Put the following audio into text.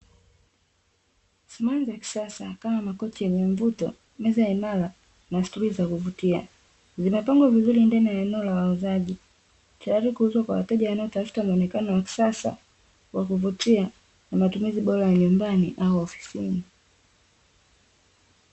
Samani za kisasa kama makochi yenye mvuto, meza imara na stuli za kuvutia. Zimepangwa vizuri ndani ya eneo la wauzaji, tayari kuuzwa kwa wateja wanaotafuta muonekano wa kisasa wa kuvutia, kwa matumizi bora ya nyumbani au ofisini.